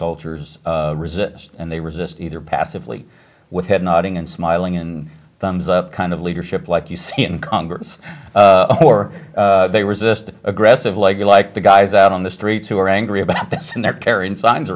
cultures resist and they resist either passively with head nodding and smiling and thumbs up kind of leadership like you see in congress or they resist aggressive like you like the guys out on the streets who are angry about this and they're carrying signs